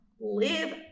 Live